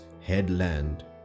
headland